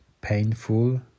painful